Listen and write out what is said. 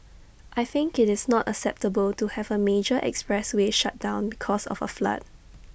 I think IT is not acceptable to have A major expressway shut down because of A flood